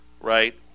right